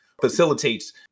facilitates